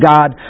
God